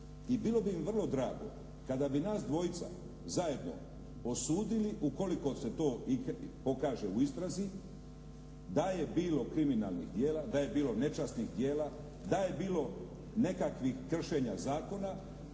i bilo bi mi vrlo drago kada bi nas dvojica zajedno osudili ukoliko se to pokaže u istrazi da je bilo kriminalnih djela, da je bilo nečasnih djela, da je bilo nekakvih kršenja zakona,